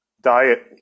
diet